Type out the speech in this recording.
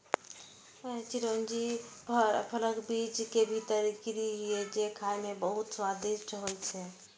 चिरौंजी फलक बीज के भीतर गिरी छियै, जे खाइ मे बहुत स्वादिष्ट होइ छै